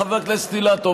חבר הכנסת אילטוב,